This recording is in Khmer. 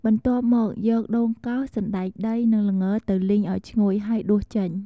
បន្ទាប់មក យកដូងកោស សណ្តែកដី និង ល្ង ទៅលីងឱ្យឈ្ងុយ ហើយដួសចេញ។